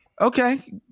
Okay